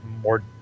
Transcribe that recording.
more